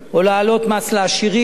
או להעלות מס לעשירים.